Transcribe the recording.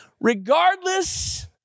regardless